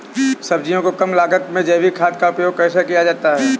सब्जियों को कम लागत में जैविक खाद द्वारा उपयोग कैसे किया जाता है?